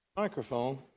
microphone